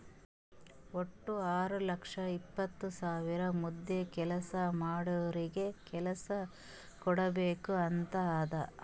ವಟ್ಟ ಆರ್ ಲಕ್ಷದ ಎಪ್ಪತ್ತ್ ಸಾವಿರ ಮಂದಿ ಕೆಲ್ಸಾ ಮಾಡೋರಿಗ ಕೆಲ್ಸಾ ಕುಡ್ಬೇಕ್ ಅಂತ್ ಅದಾ